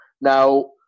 Now